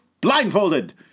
blindfolded